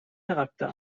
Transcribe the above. charakter